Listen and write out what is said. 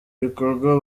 bikorwa